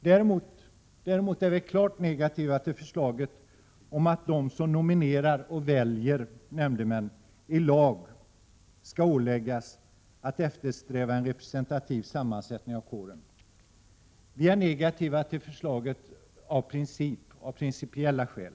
Däremot är vi klart negativa till förslaget om att de som nominerar och väljer nämndemän i lag skall åläggas att eftersträva en representativ sammansättning av kåren. Vi är negativa till förslaget av principiella skäl.